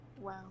Wow